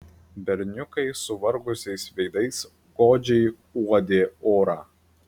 berniukai suvargusiais veidais godžiai uodė orą